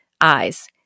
eyes